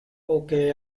okay